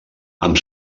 amb